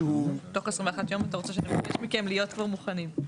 תוך 21 יום אתה רוצה שנבקש מכם להיות כבר מוכנים.